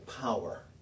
power